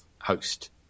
host